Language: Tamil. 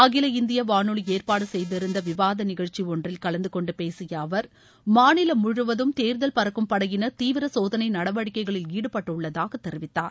அகில இந்திய வானொலி ஏற்பாடு செய்திருந்த விவாத நிகழ்ச்சி ஒன்றில் கலந்துகொண்டு பேசிய அவர் மாநிலம் முழுவதும் தேர்தல் பறக்கும்படையினர் தீவிர சோதனை நடவடிக்கைகளில் ஈடுபட்டுள்ளதாக தெரிவித்தார்